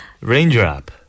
Raindrop